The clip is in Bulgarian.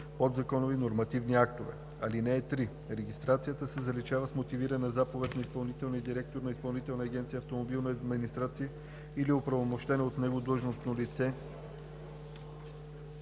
подзаконови нормативни актове. (3) Регистрацията се заличава с мотивирана заповед на изпълнителния директор на Изпълнителна агенция „Автомобилна администрация“ или оправомощено от него длъжностно лице.